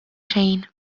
xejn